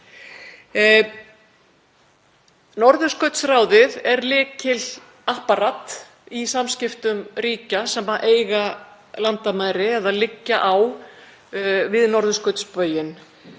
Norðurskautsráðið er lykilapparat í samskiptum ríkja sem eiga landamæri eða liggja við norðurskautsbauginn.